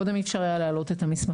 קודם אי אפשר היה להעלות את המסמכים.